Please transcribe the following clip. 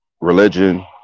religion